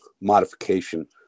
modification